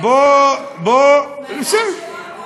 בסדר.